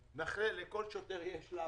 לכל שוטר יש לפטופ,